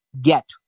get